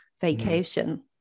vacation